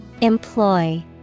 Employ